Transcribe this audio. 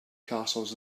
castles